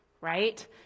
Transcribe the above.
right